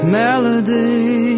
melody